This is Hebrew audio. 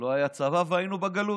לא היה צבא והיינו בגלות,